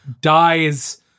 dies